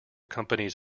company’s